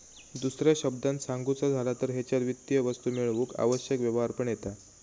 दुसऱ्या शब्दांत सांगुचा झाला तर हेच्यात वित्तीय वस्तू मेळवूक आवश्यक व्यवहार पण येता